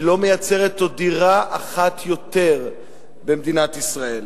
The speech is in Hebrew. היא לא מייצרת דירה אחת יותר במדינת ישראל.